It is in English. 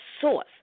source